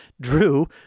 drew